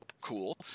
cool